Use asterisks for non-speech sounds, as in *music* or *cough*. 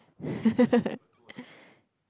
*laughs*